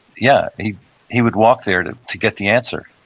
yeah, he he would walk there to to get the answer.